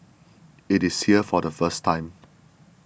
it is here for the first time